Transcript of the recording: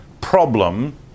problem